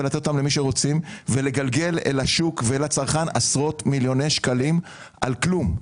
גורמים להם לגלגל על השוק ועל הצרכן עשרות מיליוני שקלים על כלום.